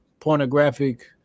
Pornographic